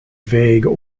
vague